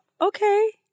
okay